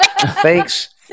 Thanks